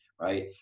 Right